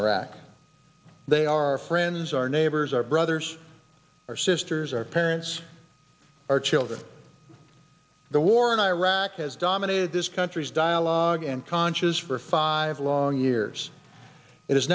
iraq they are our friends our neighbors our brothers our sisters our parents our children the war in iraq has dominated this country's dialogue and conscious for five long years it